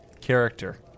character